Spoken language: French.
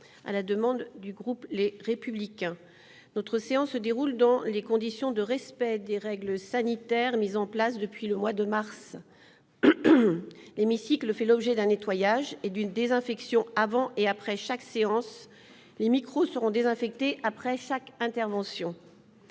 364, avis n° 363). Mes chers collègues, notre séance se déroule dans les conditions de respect des règles sanitaires mises en place depuis le mois de mars. L'hémicycle fait l'objet d'un nettoyage et d'une désinfection avant et après chaque séance. Les micros seront désinfectés après chaque intervention.